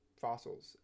fossils